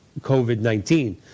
COVID-19